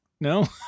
No